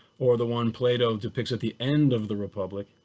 or the one plato depicts at the end of the republic,